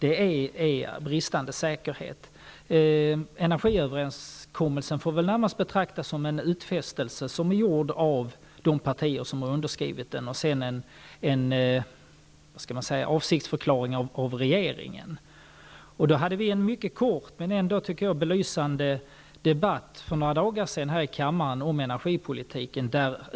Energiöverenskommelsen får väl närmast betraktas som en utfästelse av de partier som har skrivit under den och sedan som en avsiktsförklaring av regeringen. Vi hade en mycket kort men, tycker jag, belysande debatt för några veckor sedan här i kammaren om energipolitiken.